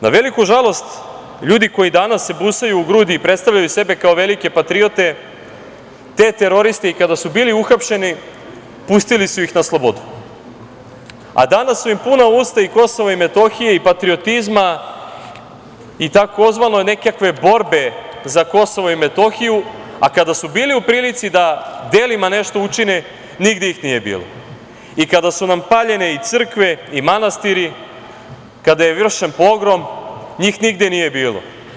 Na veliku žalost ljudi koji se danas busaju u gradu predstavljaju sebe kao velike patriote, te teroriste i, kada su bili uhapšeni, pustili su ih na slobodu, a danas su im puna usta i Kosova i Metohije i patriotizma i tzv. nekakve borbe za Kosovo i Metohiju, a kada su bili u prilici da delima nešto učine nigde ih nije bilo i kada su nam paljene i crkve i manastiri, kada je vršen pogrom, njih nigde nije bilo.